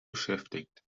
beschäftigt